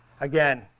again